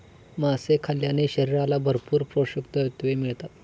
मासे खाल्ल्याने शरीराला भरपूर पोषकतत्त्वे मिळतात